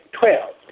twelve